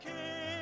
King